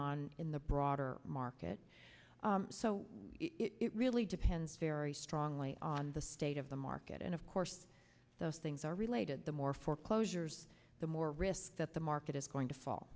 on in the broader market so it really depends very strongly on the state of the market and of course those things are related the more foreclosures the more risk that the market is going